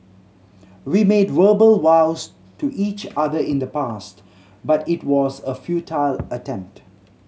we made verbal vows to each other in the past but it was a futile attempt